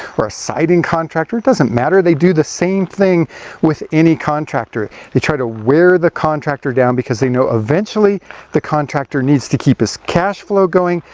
or a siding contractor, it doesn't matter, they do the same thing with any contractor. they try to wear the contractor down, because they know eventually the contractor needs to keep his cash flow going,